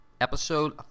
Episode